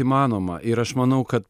įmanoma ir aš manau kad